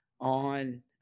on